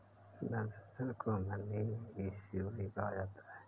धन सृजन को मनी इश्यू भी कहा जाता है